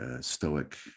stoic